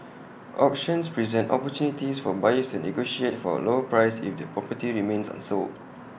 auctions present opportunities for buyers to negotiate for A lower price if the property remains unsold